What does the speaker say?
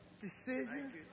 decision